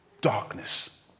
darkness